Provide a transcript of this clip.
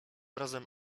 razem